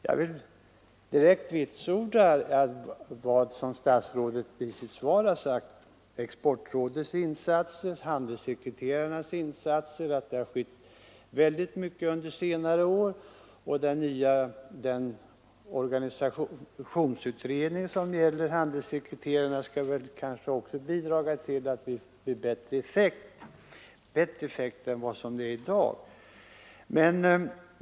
Jag vill direkt vitsorda vad statsrådet i sitt svar har sagt om exportrådets insatser, om handelssekreterarnas insatser och att det har skett väldigt mycket under senare år. Den organisationsutredning som gäller handelssekreterarna skall kanske också bidra till att det blir bättre effekt av handelssekreterarnas arbete än vad fallet är i dag.